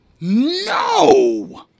No